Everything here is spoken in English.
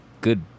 good